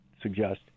suggest